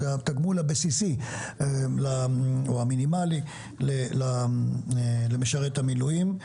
זה התגמול הבסיסי או המינימלי למשרת המילואים.